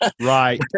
Right